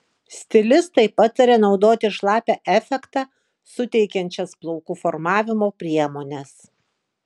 stilistai pataria naudoti šlapią efektą suteikiančias plaukų formavimo priemones